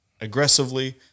aggressively